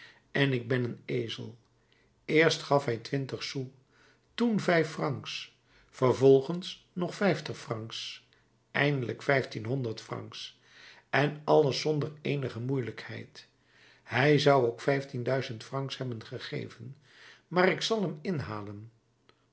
en ik ben een ezel eerst gaf hij twintig sous toen vijf francs vervolgens nog vijftig francs eindelijk vijftienhonderd francs en alles zonder eenige moeielijkheid hij zou ook vijftienduizend francs hebben gegeven maar ik zal hem inhalen